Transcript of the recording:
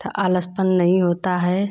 तथा आलसपन नहीं होता है